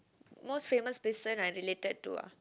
most famous person I related to ah